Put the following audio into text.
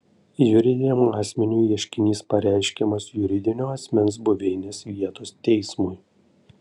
juridiniam asmeniui ieškinys pareiškiamas juridinio asmens buveinės vietos teismui